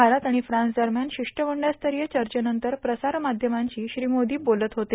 भारत आणि फ्रान्स दरम्यान शिष्टमंडळस्तरीय चर्चेनंतर प्रसार माध्यमांशी श्री मोदी बोलत होते